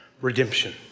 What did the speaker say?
Redemption